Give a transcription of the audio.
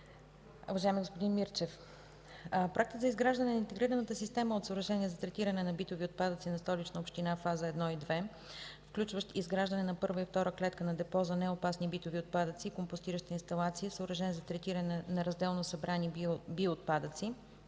уважаеми господин Мирчев, Проектът за изграждане на Интегрираната система от съоръжения за третиране на битови отпадъци на Столична община – фаза 1 и 2, включващ изграждане на първа и втора клетка на депо за неопасни битови отпадъци и компостиращи инсталации, и съоръжения за третиране на разделно събрани биоотпадъци,